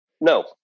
no